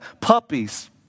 puppies